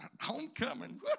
homecoming